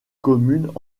communes